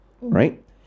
Right